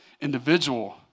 individual